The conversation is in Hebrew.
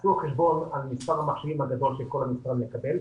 עשו חשבון על מספר המחשבים הגדול שכל המשרד מקבל,